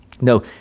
No